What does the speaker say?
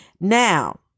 Now